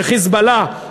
ש"חיזבאללה",